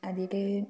അതിൽ